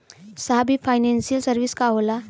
साहब इ financial service का होला?